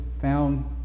found